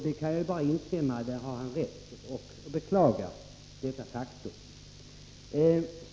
Däri kan jag bara instämma, Jan Fransson har rätt och jag beklagar detta faktum.